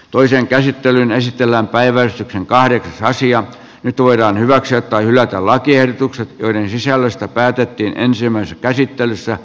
toisen käsittelyn esitellä päivän kahden asian nyt voidaan hyväksyä tai hylätä lakiehdotukset joiden sisällöstä päätettiin ensimmäisessä käsittelyssä